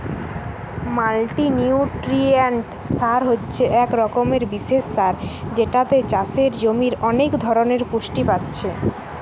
multinutrient সার হচ্ছে এক রকমের বিশেষ সার যেটাতে চাষের জমির অনেক ধরণের পুষ্টি পাচ্ছে